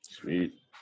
Sweet